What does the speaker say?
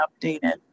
updated